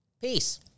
Peace